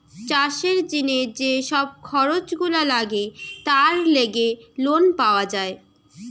চাষের জিনে যে সব খরচ গুলা লাগে তার লেগে লোন পাওয়া যায়